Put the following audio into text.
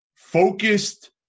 Focused